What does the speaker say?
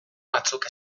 batzuk